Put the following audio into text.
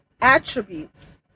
attributes